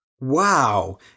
Wow